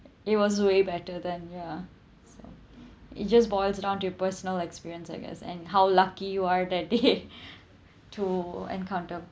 it was way better than ya so it just boils down to personal experience I guess and how lucky you are that day to encounter